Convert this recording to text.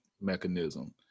mechanism